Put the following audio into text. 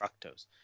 fructose